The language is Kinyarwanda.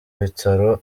bitaro